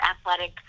athletic